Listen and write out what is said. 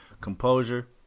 composure